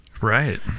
Right